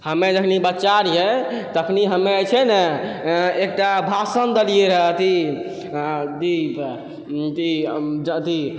हमे जखनी बच्चा रहियै तखनी हमे जे छै ने एकटा भाषण देलियै रहै अथी अथी पर अथी अथी